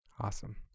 awesome